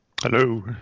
Hello